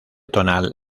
tonal